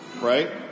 right